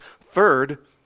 Third